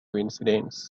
incidents